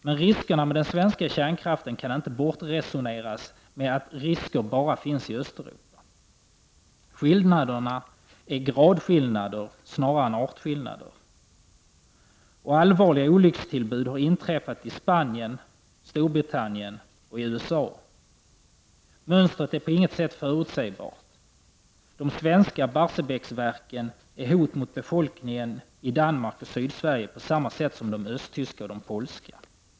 Men riskerna med den svenska kärnkraften kan inte bortresoneras med att risker bara finns i Östeuropa. Skillnaden är en gradskillnad snarare än en artskillnad. Allvarliga olyckstillbud har inträffat i Spanien, Storbritannien och i USA . Mönstret är på inget sätt förutsägbart. De svenska Barsebäcksverken är hot mot befolkningen i Danmark och Sydsverige på samma sätt som de östtyska och polska.